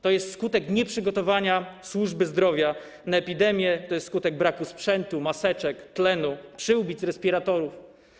To jest skutek nieprzygotowania służby zdrowia na epidemię, to jest skutek braku sprzętu, maseczek, tlenu, przyłbic, respiratorów.